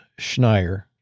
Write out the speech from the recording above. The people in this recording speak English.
Schneier